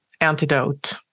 antidote